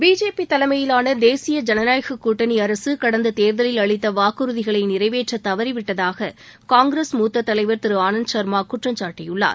BJP தலைமையிலான தேசிய ஜனநாயக கூட்டணி அரசு கடந்த தேர்தலில் அளித்த வாக்குறுதிகளை நிறைவேற்ற தவறிவிட்டதாக காங்கிரஸ் மூத்த தலைவர் திரு ஆனந்த் சர்மா குற்றம் சாட்டியுள்ளார்